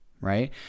Right